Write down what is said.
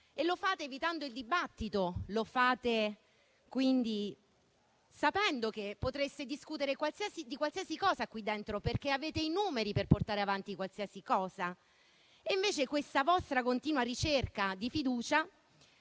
E lo fate evitando il dibattito. Lo fate, quindi, sapendo che potreste discutere di qualsiasi cosa qui dentro, perché avete i numeri per portare avanti qualsiasi cosa. Invece, la vostra continua ricerca di fiducia